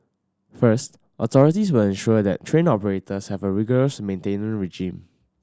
first authorities will ensure that train operators have a rigorous maintenance regime